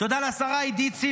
על התמיכה ועל הסיוע הבלתי-מסויגים